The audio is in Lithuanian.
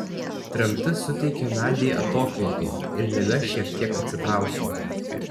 tremtis suteikė nadiai atokvėpį ir liga šiek tiek atsitraukė